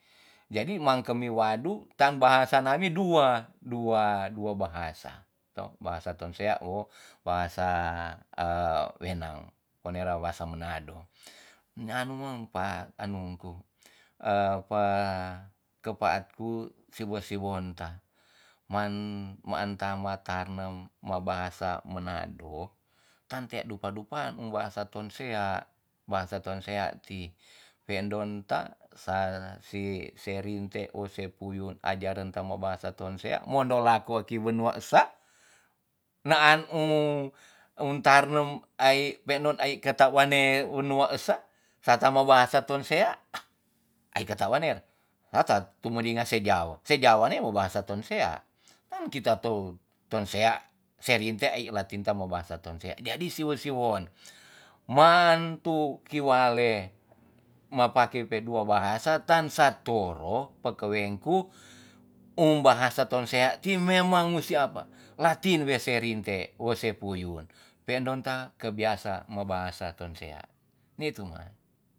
Jadi mang kemi wadu tan bahasa na wi dua- dua-dua bahasa to, bahasa tonsea, wo bahas wenang o nera bahasa menado. nya anu mang pa anung ku. pa- ke paat ku si we siwon ta. man- maan ta ma tarnem ma bahasa manado, tan tea dupa dupaan um bahasa tonsea- bahasa tonsea ti. p endon ta sa si se rinte we se puyun aji arenta mo bahasa tonsea mon dolako ki wenua esa naan um untarnenam ai pe ndon ai ketak wane wenua esa sa ta ma bahasa tonsea, ah ai ketar waner ata tu meringa se ja wo. se ja wa ne se bahasa tonsea tan kita tou tonsea se riinte ai latin tan bahasa tonsea. man tu ki wale ma pake pe dua bahasa tan sa toro pekewen ku um bahasa tonsea ti memang musti apa, latin we se rinte, we se puyun. pe ndon ta kebiasa mo bahasa tonsea. ni tu man.